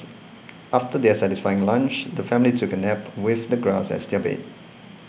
after their satisfying lunch the family took a nap with the grass as their bed